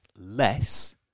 less